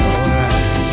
Alright